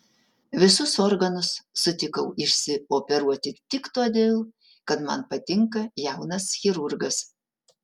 visus organus sutikau išsioperuoti tik todėl kad man patinka jaunas chirurgas